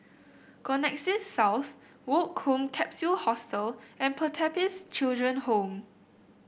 Connexis South Woke Home Capsule Hostel and Pertapis Children Home